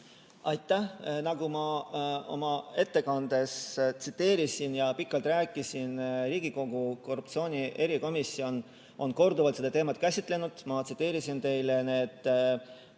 Aitäh! Nagu ma oma ettekandes tsiteerisin ja pikalt rääkisin, on Riigikogu korruptsioonivastane erikomisjon korduvalt seda teemat käsitlenud. Ma tsiteerisin teile neid